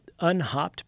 unhopped